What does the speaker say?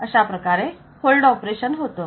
अशाप्रकारे hold operation होतं